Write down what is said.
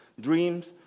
dreams